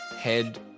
head